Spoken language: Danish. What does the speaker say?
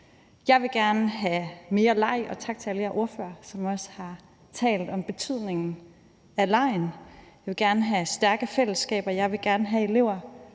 Jeg vil gerne have mere leg – og tak til alle jer ordførere, som også har talt om betydningen af legen – jeg vil gerne have stærke fællesskaber, og jeg vil gerne have elever,